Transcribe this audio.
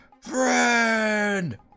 Friend